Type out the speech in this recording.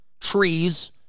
trees